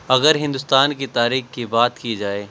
اگر ہندوستان کی تاریخ کی بات کی جائے